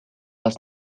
was